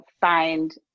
find